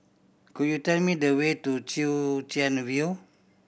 could you tell me the way to Chwee Chian View